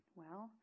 Well